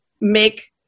make